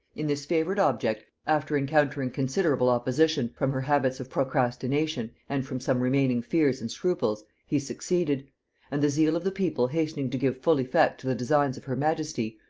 in this favorite object, after encountering considerable opposition from her habits of procrastination and from some remaining fears and scruples, he succeeded and the zeal of the people hastening to give full effect to the designs of her majesty,